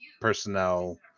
personnel